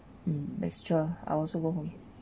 um mixture I also go home